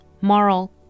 moral